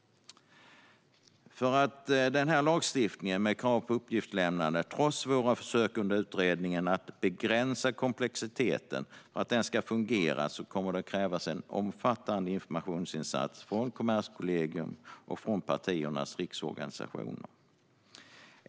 För att denna lagstiftning med krav på uppgiftslämnande ska fungera kommer det, trots våra försök under utredningen att begränsa komplexiteten, att krävas en omfattande informationsinsats av Kommerskollegium och av partiernas riksorganisationer.